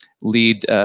lead